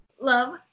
Love